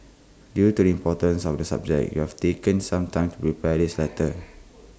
due to the importance of the subject we have taken some time to prepare this letter